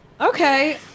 okay